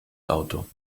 auto